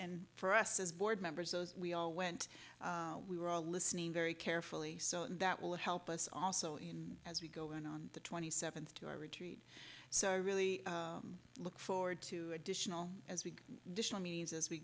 and for us as board members as we all went we were all listening very carefully so that will help us also in as we go in on the twenty seventh to our retreat so i really look forward to additional as